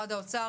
משרד האוצר,